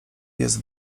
jest